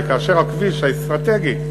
כאשר הכביש האסטרטגי,